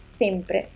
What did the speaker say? sempre